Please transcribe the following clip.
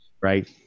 Right